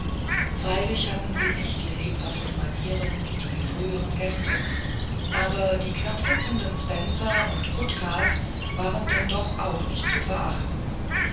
freilich hatten sie nicht die lebhaften manieren wie die früheren gäste aber die knappsitzenden spenzer und kutkas waren denn doch auch nicht zu verachten